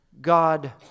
God